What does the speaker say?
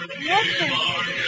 Yes